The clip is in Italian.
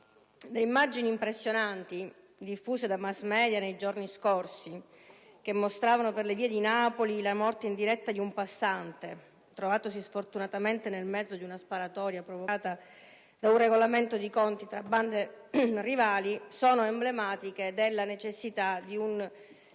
Le immagini impressionanti, diffuse dai *mass* *media* nei giorni scorsi, che mostravano per le vie di Napoli la morte in diretta di un passante trovatosi sfortunatamente nel mezzo di una sparatoria provocata da un regolamento di conti tra bande rivali sono emblematiche della necessità di prevedere